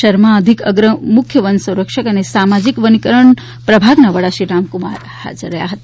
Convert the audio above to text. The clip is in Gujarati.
શર્મા અધિક અગ્ર મુખ્ય વન સંરક્ષકઅને સામાજિક વનીકરણ પ્રભાગના વડા શ્રી રામ કુમાર હાજર રહ્યા હતા